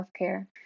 healthcare